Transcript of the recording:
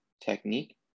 technique